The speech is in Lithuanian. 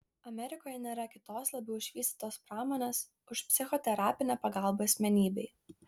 amerikoje nėra kitos labiau išvystytos pramonės už psichoterapinę pagalbą asmenybei